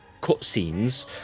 cutscenes